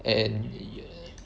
and y~